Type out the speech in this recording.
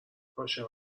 باشه